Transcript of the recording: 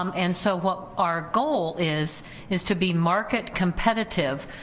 um and so what our goal is is to be market competitive.